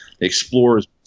Explorers